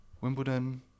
Wimbledon